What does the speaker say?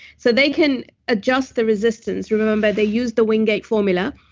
so they can adjust the resistance. remember, they use the wingate formula,